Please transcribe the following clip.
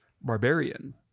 barbarian